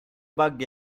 bug